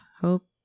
hope